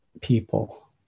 people